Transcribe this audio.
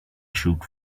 truth